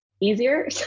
easier